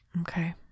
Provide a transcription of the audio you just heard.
Okay